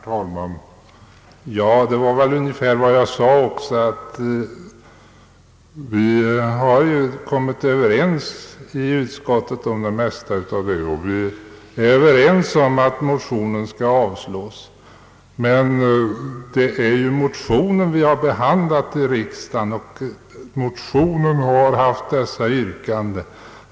Herr talman! Det förhåller sig ungefär på det sätt som jag sade, att vi har kommit överens i utskottet om det mesta i föreliggande ärende och att vi är överens om att den motion det här gäller skall avstyrkas. Det är motionen som vi behandlar i riksdagen och det är motionen som har haft de yrkanden som här angetts.